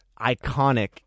iconic